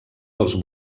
dels